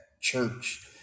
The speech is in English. church